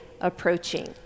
approaching